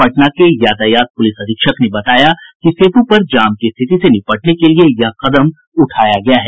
पटना के यातायात पुलिस अधीक्षक ने बताया कि सेतु पर जाम की स्थिति से निपटने के लिए यह कदम उठाया गया है